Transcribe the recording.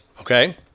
Okay